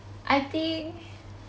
I think